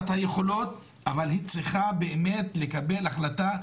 את היכולות אבל היא צריכה לקבל החלטה.